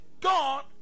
God